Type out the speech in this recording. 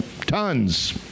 Tons